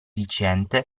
viciente